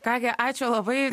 ką gi ačiū labai